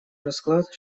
расклад